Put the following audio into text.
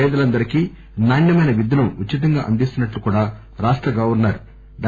పేదలందరికీ నాణ్యమైన విద్యను ఉచితంగా అందిస్తున్నట్లు రాష్ట గవర్నర్ డా